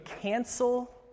cancel